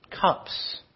cups